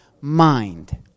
mind